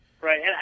right